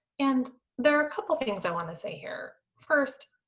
and there are a couple things i wanna say here. first,